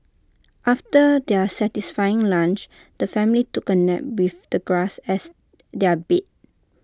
after their satisfying lunch the family took A nap with the grass as their bed